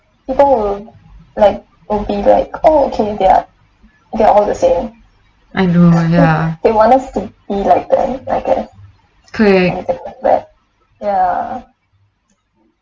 I know ya crack